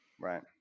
Right